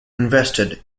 invested